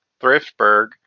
Thriftburg